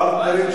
פרטנרים,